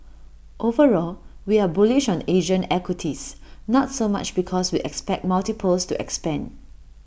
overall we are bullish on Asian equities not so much because we expect multiples to expand